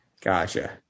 Gotcha